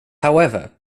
however